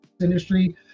industry